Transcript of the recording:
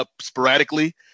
Sporadically